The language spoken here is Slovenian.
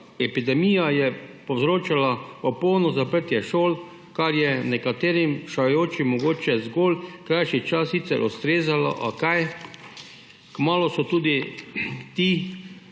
Epidemija je povzročila popolno zaprtje šol, kar je nekaterim šolajočim se mogoče zgolj krajši čas sicer ustrezalo, a kaj kmalu so tudi ti